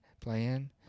Playing